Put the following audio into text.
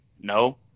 No